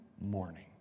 morning